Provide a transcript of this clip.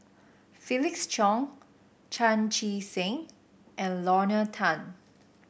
Felix Cheong Chan Chee Seng and Lorna Tan